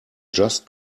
just